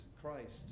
Christ